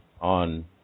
on